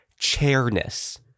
chairness